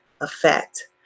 effect